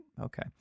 Okay